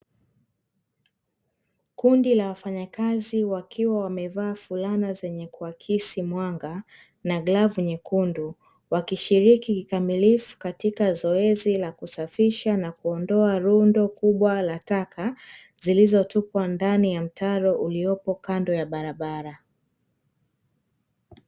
Kundi la wafanyakazi wakiwa wamevaa fulana zenye kuakisi mwanga na klavu nyekundu, wakishiriki kikamilifu katika zoezi la kusafisha na kuondoa rundo kubwa la taka zilizotupwa ndani ya mtaro uliopo kando ya barabara.